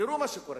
תראו מה שקורה: